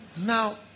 Now